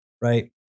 right